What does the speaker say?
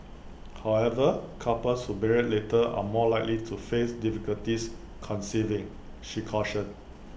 however couples who marry later are more likely to face difficulties conceiving she cautioned